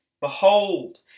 Behold